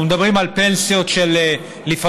אנחנו מדברים לפעמים על פנסיות של 2,000,